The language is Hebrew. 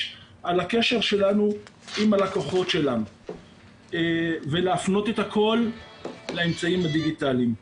על הקשר שלנו עם הלקוחות ולהפנות את הכל לאמצעים הדיגיטליים.